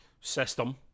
system